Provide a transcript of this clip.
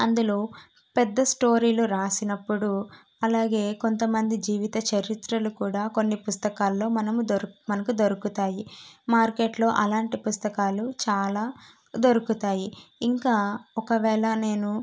అందులో పెద్ద స్టోరీలు రాసినప్పుడు అలాగే కొంతమంది జీవిత చరిత్రలు కూడా కొన్ని పుస్తకాల్లో మనము దొ మనకు దొరుకుతాయి మార్కెట్లో అలాంటి పుస్తకాలు చాలా దొరుకుతాయి ఇంకా ఒకవేళ నేను